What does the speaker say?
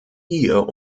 hier